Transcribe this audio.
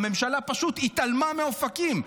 הממשלה פשוט התעלמה מאופקים.